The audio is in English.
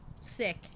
sick